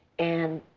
and